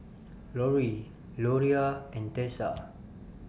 Loree Loria and Tessa